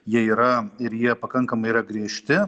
jie yra ir jie pakankamai yra griežti